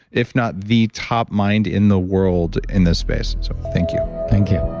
if not the top mind in the world in this space. so, thank you thank you